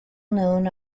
known